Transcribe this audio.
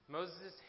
Moses